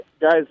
guys